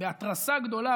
בהתרסה גדולה,